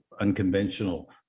unconventional